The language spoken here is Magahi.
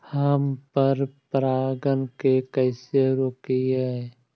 हम पर परागण के कैसे रोकिअई?